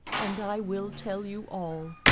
and i will tell you all,